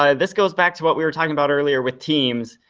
um this goes back to what we were talking about earlier with teams.